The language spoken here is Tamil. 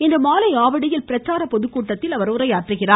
இன்று மாலை ஆவடியில் பிரச்சார பொதுக்கூட்டத்திலும் அவர் உரையாற்றுகிறார்